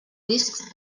riscs